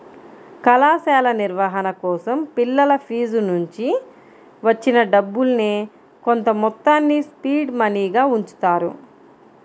కళాశాల నిర్వహణ కోసం పిల్లల ఫీజునుంచి వచ్చిన డబ్బుల్నే కొంతమొత్తాన్ని సీడ్ మనీగా ఉంచుతారు